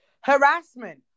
Harassment